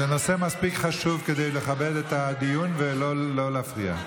זה נושא מספיק חשוב כדי לכבד את הדיון ולא להפריע.